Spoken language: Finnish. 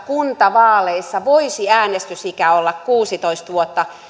kuntavaaleissa voisi äänestysikä olla kuusitoista vuotta